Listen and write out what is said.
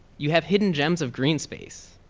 you have hidden gems of green space.